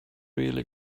really